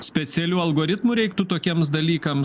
specialių algoritmų reiktų tokiems dalykams